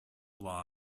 law